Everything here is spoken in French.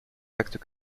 actes